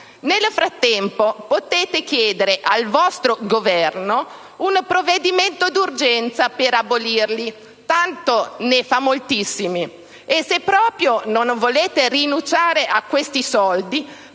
Nel frattempo potete chiedere al vostro Governo un provvedimento d'urgenza per abolirli - tanto ne fa moltissimi - e, se proprio non volete rinunciare a quei soldi,